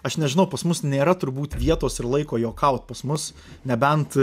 aš nežinau pas mus nėra turbūt vietos ir laiko juokaut pas mus nebent